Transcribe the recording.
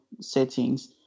settings